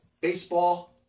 baseball